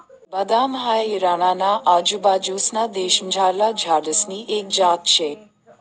बदाम हाई इराणा ना आजूबाजूंसना देशमझारला झाडसनी एक जात शे